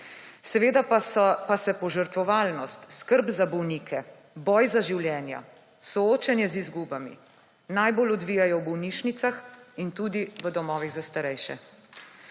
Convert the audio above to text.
Seveda pa se požrtvovalnost, skrb za bolnike, boj za življenja, soočanje z izgubami najbolj odvijajo v bolnišnicah in tudi v domovih za starejše.